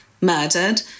murdered